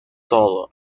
todo